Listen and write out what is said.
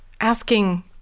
asking